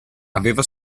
aveva